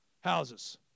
houses